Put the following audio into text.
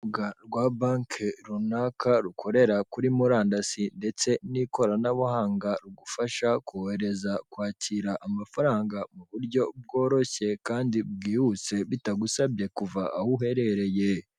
Urubuga rwa banki runaka rukorera kuri murandasi ndetse n'ikoranabuhanga rugufasha kohereza, kwakira amafaranga mu buryo bworoshye kandi bwihuse bitagusabye kuva aho uherereye.